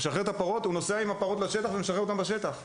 הוא נוסע עם הפרות לשטח ומשחרר אותן שם